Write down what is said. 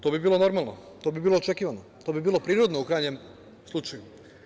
To bi bilo normalno, to bi bilo očekivano, to bi bilo prirodno, u krajnjem slučaju.